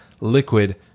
liquid